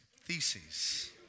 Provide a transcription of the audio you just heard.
Theses